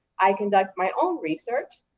i conduct my own research.